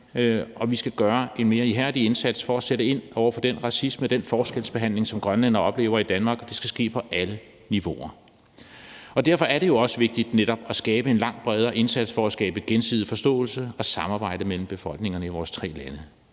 og vi skal gøre en mere ihærdig indsats for at sætte ind over for den racisme og den forskelsbehandling, som grønlændere oplever i Danmark. Og det skal ske på alle niveauer. Derfor er det også vigtigt netop at have en langt bredere indsats for at skabe gensidig forståelse og samarbejde mellem befolkningerne i vores tre lande.